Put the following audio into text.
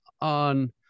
on